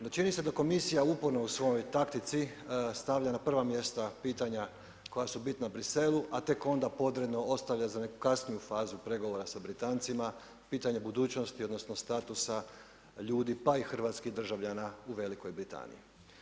No čini se da komisija uporno u svojoj taktici stavlja na prva mjesta pitanja koja su bitna Bruxellesu, a tek onda podredno ostavlja za nekakvu kasniju fazu pregovora sa Britancima, pitanje budućnosti odnosno statusa ljudi pa i hrvatskih državljana u Velikoj Britaniji.